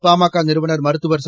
பாமக நிறுவனர் மருத்துவர் ச